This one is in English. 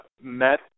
met